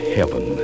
Heaven